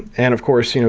and of course, you know